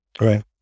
Right